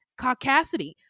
caucasity